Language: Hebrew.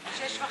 ב-18:30.